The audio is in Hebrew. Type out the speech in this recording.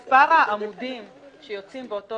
בעיתונות מספר העמודים שיוצאים באותו